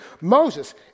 Moses